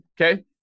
Okay